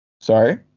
Sorry